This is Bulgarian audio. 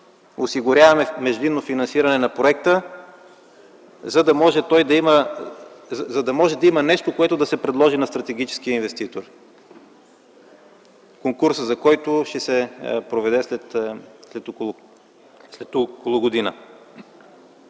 осигуряваме междинно финансиране на проекта, за да може да има нещо, което да се предложи на стратегическия инвеститор, конкурсът за който ще се проведе след около година.